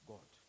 God